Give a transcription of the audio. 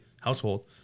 household